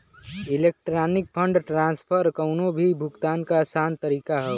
electronic fund transfer कउनो भी भुगतान क आसान तरीका हौ